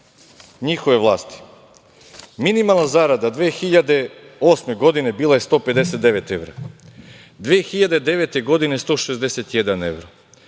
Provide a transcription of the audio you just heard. njihove vlasti. Minimalna zarada 2008. godine bila je 159 evra, 2009. godine 161 evro,